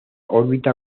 órbita